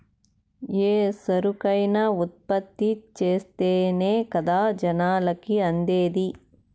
ఏ సరుకైనా ఉత్పత్తి చేస్తేనే కదా జనాలకి అందేది